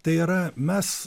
tai yra mes